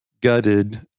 gutted